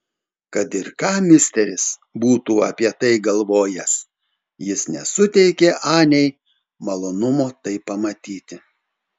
kad ir ką misteris būtų apie tai galvojęs jis nesuteikė anei malonumo tai pamatyti